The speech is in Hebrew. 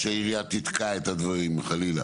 שהעירייה תתקע את הדברים, חלילה?